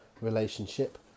relationship